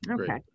Okay